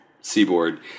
seaboard